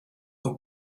nous